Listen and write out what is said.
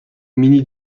gminy